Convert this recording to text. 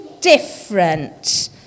different